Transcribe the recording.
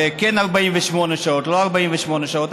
כן 48 שעות, לא 48 שעות.